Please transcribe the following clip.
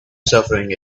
suffering